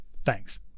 Thanks